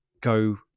go